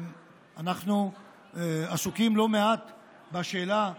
אנחנו עסוקים לא מעט בשאלה האיראנית,